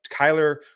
Kyler